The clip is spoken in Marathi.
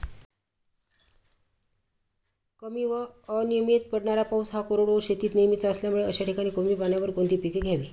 कमी व अनियमित पडणारा पाऊस हा कोरडवाहू शेतीत नेहमीचा असल्यामुळे अशा ठिकाणी कमी पाण्यावर कोणती पिके घ्यावी?